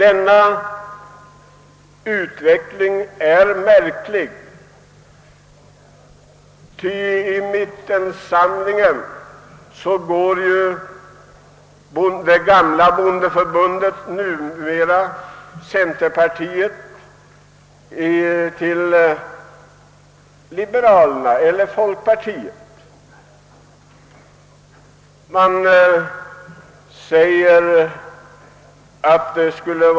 I mittensamlingen går nu märkligt nog det gamla bondeförbundet, numera centerpartiet, till liberalerna-folkpartiet.